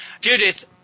Judith